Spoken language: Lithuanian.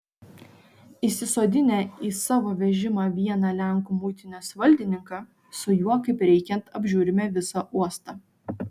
įsisodinę į savo vežimą vieną lenkų muitinės valdininką su juo kaip reikiant apžiūrime visą uostą